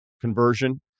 conversion